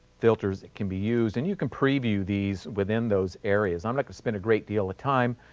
filters that can be used and you can preview these within those areas. i'm like spend a great deal of time,